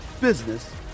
business